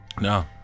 No